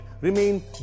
remain